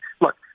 look